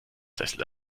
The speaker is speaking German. sessel